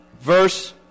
verse